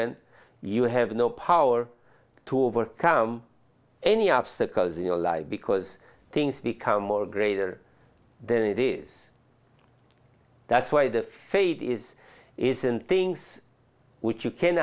and you have no power to overcome any obstacles in your life because things become more greater than it is that's why the faith is is and things which you can